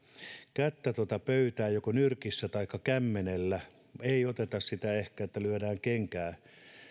kättä pöytään joko nyrkissä taikka kämmenellä ei oteta ehkä sitä että lyödään kenkää